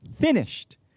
finished